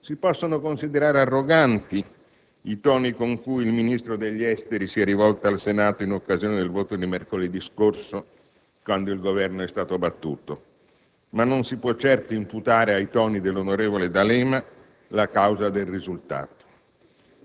Si possono considerare arroganti i toni con cui il Ministro degli affari esteri si è rivolto al Senato in occasione del voto di mercoledì scorso quando il Governo è stato battuto, ma non si può certo imputare ai toni dell'onorevole D'Alema la causa del risultato.